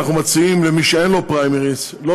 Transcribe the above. אנחנו מציעים למי שאין לו פריימריז לא